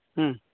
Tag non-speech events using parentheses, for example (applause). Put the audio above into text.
ᱦᱮᱸ (unintelligible)